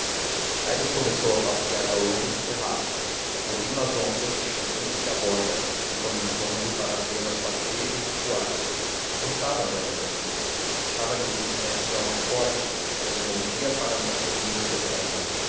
crespo aires começou a passear ao longo do terraço ouvindo as ondas e chegando-se à borda de quando em quando para vê-las bater e recuar gostava delas assim achava lhes uma espécie de alma forte que as movia para meter medo à terra